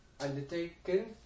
undertaken